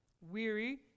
weary